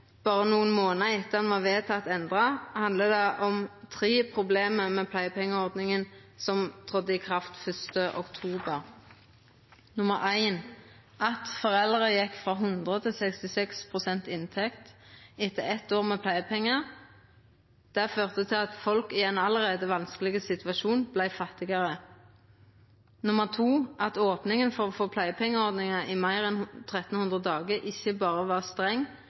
berre nokre månader etter at ho var vedteken endra, handla det om tre problem med ordninga som tredde i kraft 1. oktober: Foreldra gjekk frå 100 til 66 pst. inntekt etter eitt år med pleiepengar, og det førte til at folk i ein allereie vanskeleg situasjon vart fattigare. Opninga for å få pleiepengeordninga i meir enn 1 300 dagar var ikkje berre streng,